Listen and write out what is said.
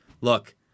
look